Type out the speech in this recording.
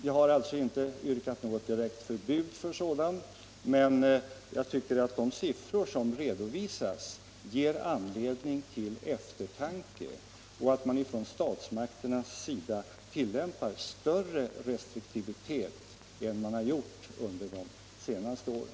Jag har alltså inte yrkat på något direkt förbud, men jag tycker att de siffror som redovisas ger anledning till eftertanke och att man därför från statsmakternas sida bör tillämpa större restriktivitet än man har gjort under de senaste åren.